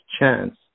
chance